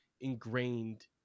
ingrained